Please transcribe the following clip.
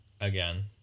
again